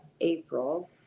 April